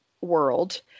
world